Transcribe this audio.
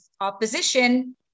opposition